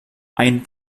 ein